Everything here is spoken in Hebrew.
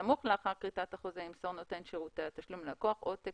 בסמוך לאחר כריתת החוזה ימסור נותן שירותי התשלום ללקוח עותק